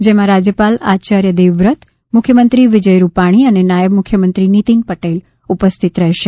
જેમાં રાજયપાલ આચાર્ય દેવવ્રત મુખ્યમંત્રી વિજય રૂપાણી અને નાયબ મુખ્યમંત્રી નીતીન પટેલ ઉપસ્થિત રહેશે